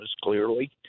clearly